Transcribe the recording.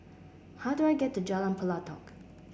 how do I get to Jalan Pelatok